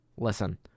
Listen